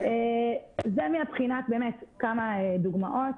אלה כמה דוגמאות.